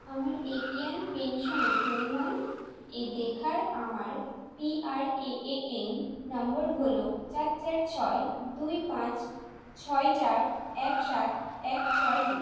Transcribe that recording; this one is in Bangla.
আমার এপিয়ান পেনশানের পরিমাণ এ দেখার আমার পিআরএএএন নম্বর হলো চার চার ছয় দুই পাঁচ ছয় চার এক সাত এক ছয় দুই